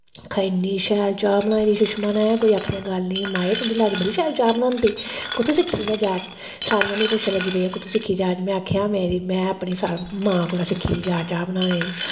आक्खा दे इन्नी शैल चाह् बनाई दी सुषमा ने कोई आखने दी गल्ल नेईं माऐ तुं'दी लाड़ी बड़ी शैल चाह् बनांदी कुत्थूं सिक्खी इ'न्नै जाच सारियां मिगी पुच्छन लग्गी पेइयां कुत्थूं सिक्खी इन्नी जांच में आखेआ मेरी में अपनी सा मां कोला सिक्खी दी जाच चाह् बनाने दी